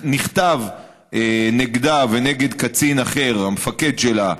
נכתב נגדה ונגד קצין אחר, המפקד שלה,